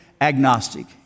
agnostic